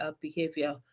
behavior